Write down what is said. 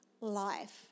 life